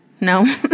No